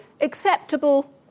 acceptable